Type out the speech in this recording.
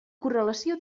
correlació